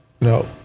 No